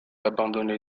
abandonné